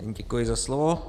Děkuji za slovo.